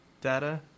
data